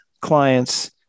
clients